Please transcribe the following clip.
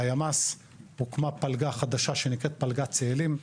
הימ"ס, הוקמה פלגה חדשה שנקראת פלגת צאלים,